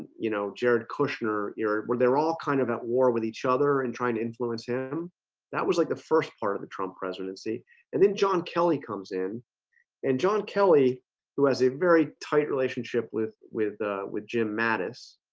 you know jared kushner you're where they're all kind of at war with each other and trying to influence him that was like the first part of the trump presidency and then john kelly comes in and john, kelly who has a very tight relationship with with with jim mattis?